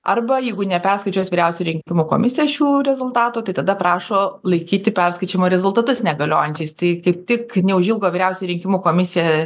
arba jeigu neperskaičiuos vyriausioji rinkimų komisija šių rezultatų tai tada prašo laikyti perskaičiavo rezultatus negaliojančiais tai kaip tik neužilgo vyriausioji rinkimų komisija